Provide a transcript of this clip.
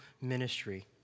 ministry